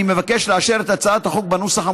אני מבקש לאשר את הצעת החוק בנוסחה